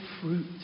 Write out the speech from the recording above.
fruit